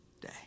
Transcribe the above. day